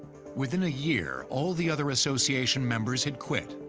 within a year, all the other association members had quit,